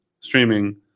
streaming